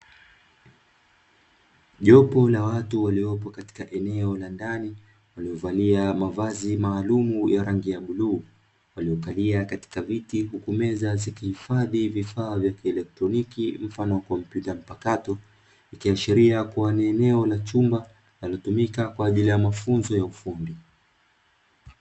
Jopo la watu walilopo katika eneo la ndani, waliovalia mavazi maalumu ya rangi ya bluu, waliokalia katika viti huku meza zikihifadhi vifaa vya kielektroniki mfano wa kompyuta mpakato. Ikiashiria kuwa ni eneo la chumba linalotumika kwa ajili ya mafunzo ya ufundi.